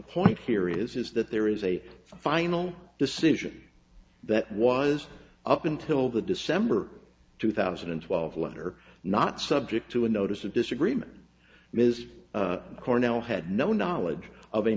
point here is is that there is a final decision that was up until the december two thousand and twelve letter not subject to a notice of disagreement ms cornell had no knowledge of a